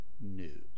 news